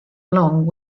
long